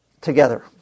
together